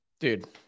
Dude